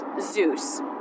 Zeus